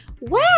Wow